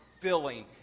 filling